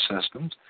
systems